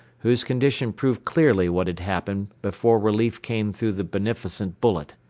whose condition proved clearly what had happened before relief came through the beneficent bullet.